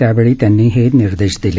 त्यावेळी त्यांनी हे निर्देश दिले